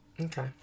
Okay